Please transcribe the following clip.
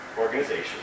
organization